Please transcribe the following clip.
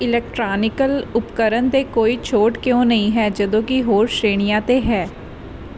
electronical ਉਪਕਰਨ 'ਤੇ ਕੋਈ ਛੋਟ ਕਿਉਂ ਨਹੀਂ ਹੈ ਜਦੋਂ ਕਿ ਹੋਰ ਸ਼੍ਰੇਣੀਆਂ 'ਤੇ ਹੈ